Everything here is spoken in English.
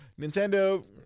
Nintendo